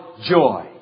joy